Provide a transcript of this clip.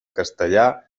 castellà